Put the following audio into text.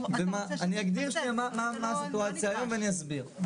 אני אגדיר מה הסיטואציה היום ואני אסביר.